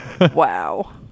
Wow